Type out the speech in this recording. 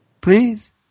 Please